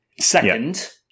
second